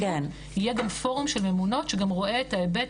יהיה גם פורום של ממונות שגם רואה את ההיבט,